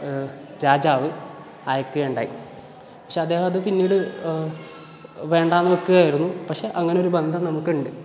രാജാവ് അയക്കുകയുണ്ടായി പക്ഷേ അദ്ദേഹം അത് പിന്നീട് വേണ്ടായെന്ന് വയ്ക്കുകയായിരുന്നു പക്ഷേ അങ്ങനെ ഒരു ബന്ധം നമുക്കുണ്ട്